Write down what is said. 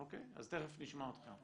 אוקיי, אז תיכף נשמע אותך.